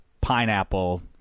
pineapple